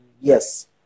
Yes